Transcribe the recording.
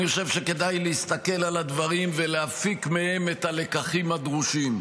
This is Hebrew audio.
אני חושב שכדאי להסתכל על הדברים ולהפיק מהם את הלקחים הדרושים.